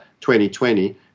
2020